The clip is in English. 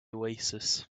oasis